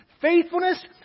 faithfulness